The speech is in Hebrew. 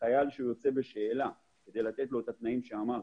חייל יוצא בשאלה כדי לתת לו את התנאים שאמרתי.